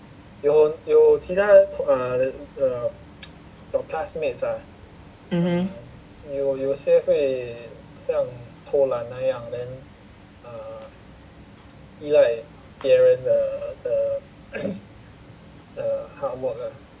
mmhmm